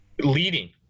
leading